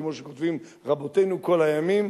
כמו שכותבים רבותינו כל הימים,